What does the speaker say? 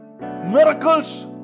miracles